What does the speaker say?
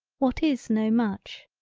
what is no much.